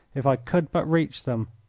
if i could but reach them.